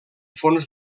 fons